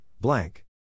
blank